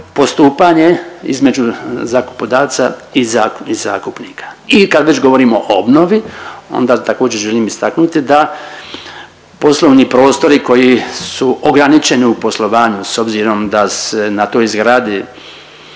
postupanje između zakupodavca i zakupnika. I kad već govorimo o obnovi onda također želim istaknuti da poslovni prostori koji su ograničeni u poslovanju s obzirom da se na toj zgradi